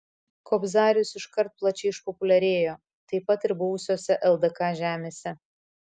kobzarius iškart plačiai išpopuliarėjo taip pat ir buvusiose ldk žemėse